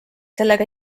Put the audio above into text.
sellega